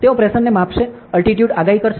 તેઓ પ્રેશરને માપશે અને અલ્ટિટ્યુડ આગાહી કરશે